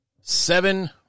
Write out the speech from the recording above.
Seven